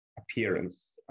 appearance